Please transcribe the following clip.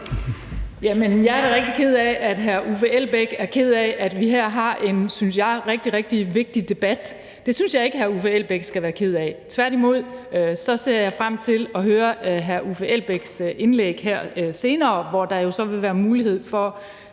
Jeg er da rigtig ked af, at hr. Uffe Elbæk er ked af den debat, vi har, som jeg synes er en rigtig, rigtig vigtig debat. Det synes jeg ikke hr. Uffe Elbæk skal være ked af, tværtimod, og jeg ser frem til at høre hr. Uffe Elbæks indlæg her senere, hvor der jo så vil være mulighed for